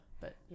but-